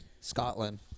Scotland